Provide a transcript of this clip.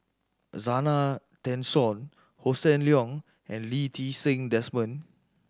Zena Tessensohn Hossan Leong and Lee Ti Seng Desmond